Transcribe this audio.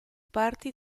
parte